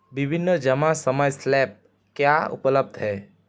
विभिन्न जमा समय स्लैब क्या उपलब्ध हैं?